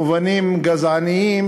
מובנים גזעניים,